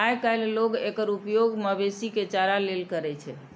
आइकाल्हि लोग एकर उपयोग मवेशी के चारा लेल करै छै